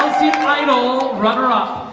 see final runner up.